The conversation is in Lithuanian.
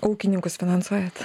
ūkininkus finansuojat